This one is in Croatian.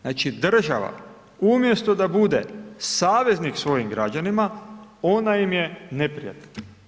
Znači država umjesto da bude saveznik svojim građanima, ona im je neprijatelj.